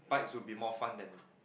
bikes would be more fun than